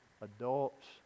adults